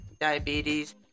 diabetes